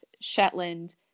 Shetland